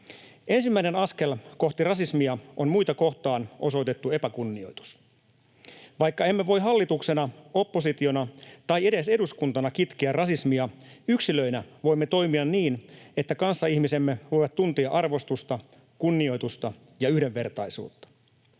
Ensimmäinen askel kohti rasismia on muita kohtaan osoitettu epäkunnioitus. Vaikka emme voi hallituksena, oppositiona tai edes eduskuntana kitkeä rasismia, yksilöinä voimme toimia niin, että kanssaihmisemme voivat tuntea arvostusta, kunnioitusta ja yhdenvertaisuutta.